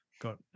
got